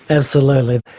absolutely.